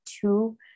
two